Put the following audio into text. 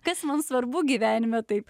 kas mums svarbu gyvenime taip